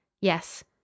Yes